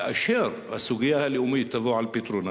כאשר הסוגיה הלאומית תבוא על פתרונה